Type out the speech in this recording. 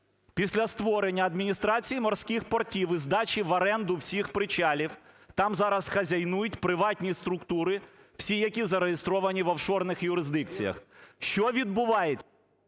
Після створення "Адміністрації морських портів" і здачі в оренду всіх причалів там зараз хазяйнують приватні структури, всі, які зареєстровані в офшорних юрисдикціях. Що відбувається?